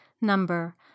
Number